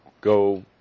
go